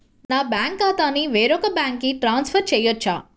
నా బ్యాంక్ ఖాతాని వేరొక బ్యాంక్కి ట్రాన్స్ఫర్ చేయొచ్చా?